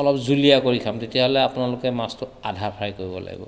অলপ জুলীয়া কৰি খাম তেতিয়াহ'লে আপোনালোকে মাছটো আধা ফ্ৰাই কৰিব লাগিব